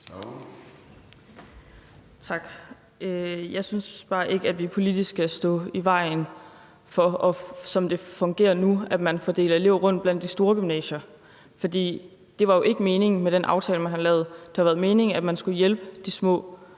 Tak. Jeg synes bare ikke, at vi politisk skal stå i vejen for, som det fungerer nu, at man fordeler elever rundt blandt de store gymnasier, for det var jo ikke meningen med den aftale, man har lavet. Det var meningen, at man skulle hjælpe de små